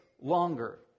longer